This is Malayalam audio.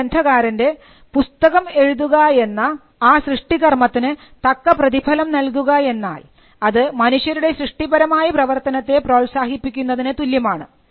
ഒരു ഗ്രന്ഥകാരൻറെ പുസ്തകം എഴുതുക എന്ന ആ സൃഷ്ടി കർമ്മത്തിന് തക്ക പ്രതിഫലം നൽകുകയെന്നാൽ അത് മനുഷ്യരുടെ സൃഷ്ടിപരമായ പ്രവർത്തനത്തെ പ്രോത്സാഹിപ്പിക്കുന്നതിന് തുല്യമാണ്